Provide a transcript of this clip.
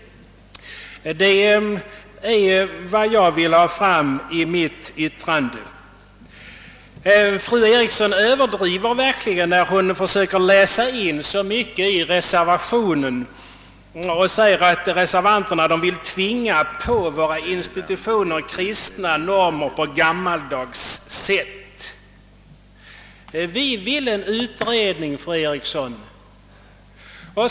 Det är vad jag ville framhålla i mitt anförande. Fru Eriksson överdriver verkligen när hon försöker läsa in så mycket i reservationen och säger att reservanterna vill tvinga på våra institutioner kristna normer på gammaldags sätt. Vi vill en utredning, fru Eriksson.